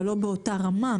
אבל לא באותה רמה,